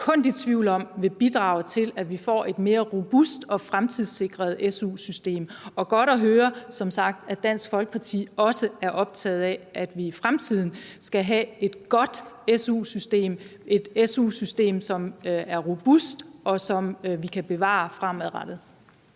sekund i tvivl om vil bidrage til, at vi får et mere robust og fremtidssikret SU-system. Og godt at høre, som sagt, at Dansk Folkeparti også er optaget af, at vi i fremtiden skal have et godt SU-system, et SU-system, som er robust, og som vi kan bevare fremadrettet.